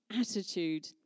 attitude